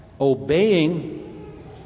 obeying